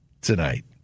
tonight